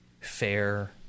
fair